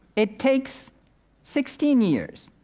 it takes sixteen years